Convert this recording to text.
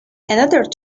another